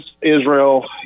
Israel